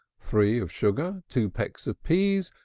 three of sugar, two pecks of peas,